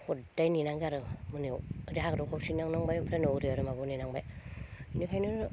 हदाय नेनां जादों मोनायाव हरसे हाग्रायाव नेनांबाय आरो माबायाव नेनांबाय इनिखायनो